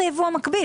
מי נגד?